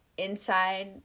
inside